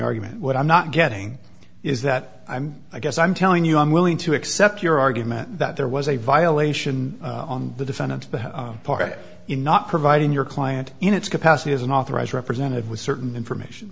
argument what i'm not getting is that i'm i guess i'm telling you i'm willing to accept your argument that there was a violation on the defendant part in not providing your client in its capacity as an authorized representative with certain information